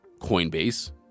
Coinbase